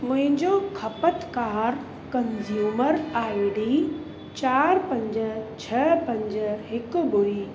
मुंहिंजो खपतकार consumer I D चारि पंज छह पंज हिकु ॿुड़ी